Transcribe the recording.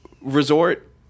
resort